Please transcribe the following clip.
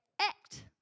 act